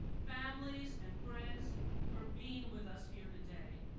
families and friends for being with us here today.